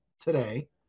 today